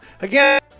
Again